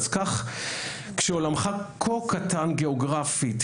אז כך כשעולמך כה קטן גאוגרפית,